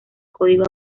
código